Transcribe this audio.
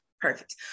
perfect